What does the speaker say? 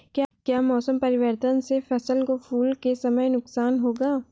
क्या मौसम परिवर्तन से फसल को फूल के समय नुकसान होगा?